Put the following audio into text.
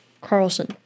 Carlson